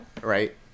Right